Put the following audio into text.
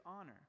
honor